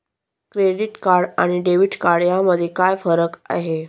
Credit card आणि debit card यामध्ये काय फरक आहे?